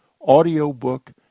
audiobook